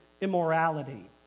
immorality